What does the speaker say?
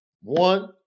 One